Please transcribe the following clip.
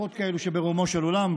שיחות כאלה שברומו של עולם,